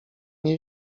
nie